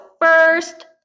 first